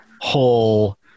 whole